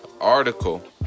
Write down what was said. Article